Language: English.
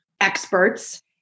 experts